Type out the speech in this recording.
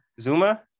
Zuma